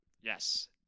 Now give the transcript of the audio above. yes